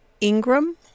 Ingram